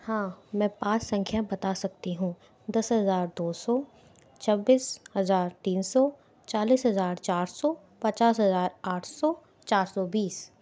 हाँ मैं पाँच संख्या बता सकती हूँ दस हजार दो सौ छब्बीस हजार तीन सौ चालिस हजार चार सौ पचास हजार आठ सौ चार सौ बीस